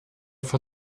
vor